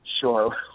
sure